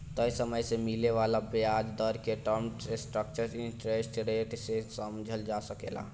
तय समय में मिले वाला ब्याज दर के टर्म स्ट्रक्चर इंटरेस्ट रेट के से समझल जा सकेला